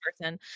person